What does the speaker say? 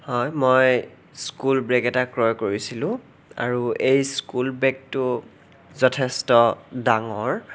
হয় মই school bag এটা ক্ৰয় কৰিছিলোঁ আৰু এই স্কুল বেগটো যথেষ্ট ডাঙৰ